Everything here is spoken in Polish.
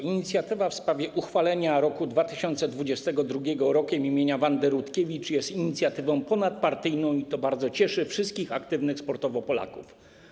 Inicjatywa w sprawie uchwalenia roku 2022 rokiem imienia Wandy Rutkiewicz jest inicjatywą ponadpartyjną i to bardzo cieszy wszystkich aktywnych sportowo Polaków.